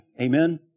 Amen